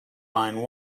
line